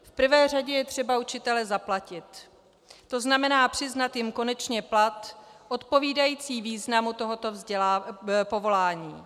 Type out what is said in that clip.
V prvé řadě je třeba učitele zaplatit, to znamená přiznat jim konečně plat odpovídající významu tohoto povolání.